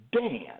Dan